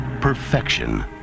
Perfection